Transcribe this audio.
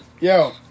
Yo